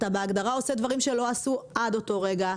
אתה בהגדרה עושה דברים שלא עשו עד אותו רגע,